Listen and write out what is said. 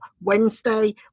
Wednesday